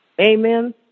Amen